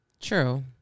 true